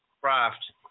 craft